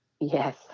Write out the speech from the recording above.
Yes